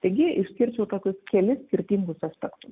taigi išskirčiau tokius kelis skirtingus aspektus